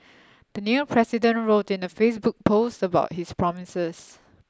the new president wrote in a Facebook post about his promises